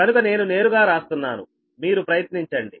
కనుక నేను నేరుగా రాస్తున్నాను మీరు ప్రయత్నించండి